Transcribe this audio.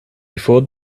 before